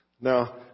Now